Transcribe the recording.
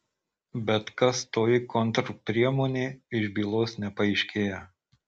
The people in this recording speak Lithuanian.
bet kas toji kontrpriemonė iš bylos nepaaiškėja